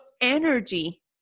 energy